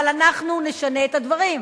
אבל אנחנו נשנה את הדברים,